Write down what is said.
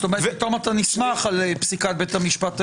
זאת אומרת פתאום אתה נסמך על פסיקת בית המשפט העליון.